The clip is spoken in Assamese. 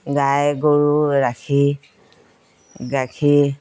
গাই গৰু ৰাখি গাখীৰ